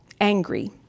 angry